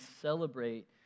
celebrate